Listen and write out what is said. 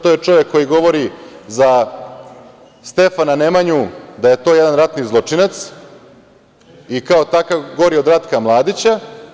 To je čovek koji govori za Stefana Nemanju da je to jedan ratni zločinac i kao takav gori od Ratka Mladića.